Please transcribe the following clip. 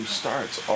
starts